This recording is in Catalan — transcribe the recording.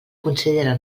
considera